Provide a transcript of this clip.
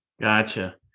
Gotcha